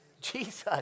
Jesus